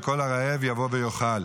וכל הרעב יבוא ויאכל,